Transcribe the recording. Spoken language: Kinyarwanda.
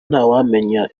ntawamenya